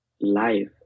life